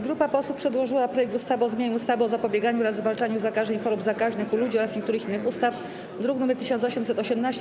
Grupa posłów przedłożyła projekt ustawy o zmianie ustawy o zapobieganiu oraz zwalczaniu zakażeń i chorób zakaźnych u ludzi oraz niektórych innych ustaw, druk nr 1818.